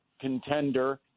contender